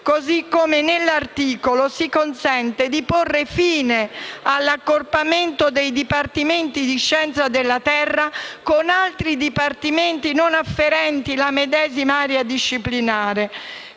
così come nell'articolo si consente di porre fine all'accorpamento dei dipartimenti di scienze della Terra con altri dipartimenti non afferenti alla medesima area disciplinare,